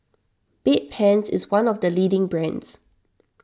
Bedpans is one of the leading brands